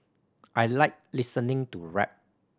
I like listening to rap